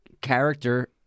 character